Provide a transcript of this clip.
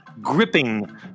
gripping